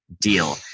deal